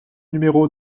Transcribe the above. numéro